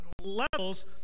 levels